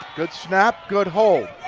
good snap, good hold.